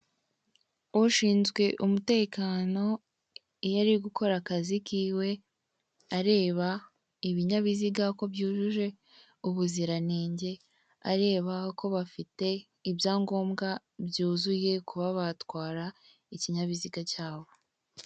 Ushinzwe umutekano iyo ari gukora akazi kiwe areba ibinyabiziga uko byujuje ubuziranenge areba ko bafite ibyangombwa byuzuye kubabatwara ikinyabiziga cyabo.